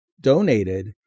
donated